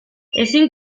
ezin